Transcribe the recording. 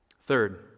Third